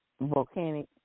volcanic